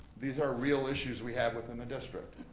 these are real issues we have within the district.